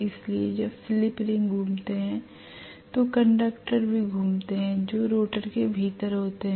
इसलिए जब slip ring घूमते हैं तो कंडक्टर भी घूमते हैं जो रोटर के भीतर होते हैं